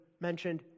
mentioned